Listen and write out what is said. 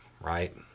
right